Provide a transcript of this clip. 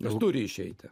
nes turi išeiti